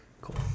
Cool